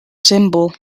symbol